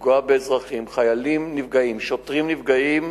לפגוע באזרחים, חיילים נפגעים, שוטרים נפגעים